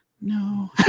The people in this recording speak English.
No